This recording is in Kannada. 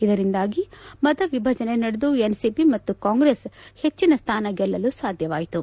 ಇದರಿಂದಾಗಿ ಮತ ವಿಭಜನೆ ನಡೆದು ಎನ್ಸಿಪಿ ಮತ್ತು ಕಾಂಗ್ರೆಸ್ ಹೆಚ್ಚಿನ ಸ್ಯಾನ ಗೆಲ್ಲಲು ಸಾಧ್ಯವಾಯಿತು